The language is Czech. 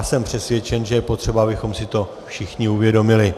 Jsem přesvědčen, že je potřeba, abychom si to všichni uvědomili.